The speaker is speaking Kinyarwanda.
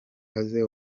aze